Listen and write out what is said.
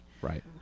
right